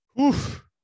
oof